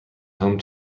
home